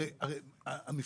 המשרד,